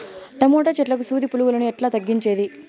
Tomato చెట్లకు సూది పులుగులను ఎట్లా తగ్గించేది?